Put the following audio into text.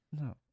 No